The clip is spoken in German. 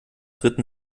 ritten